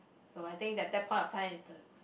so I think that that point of time is the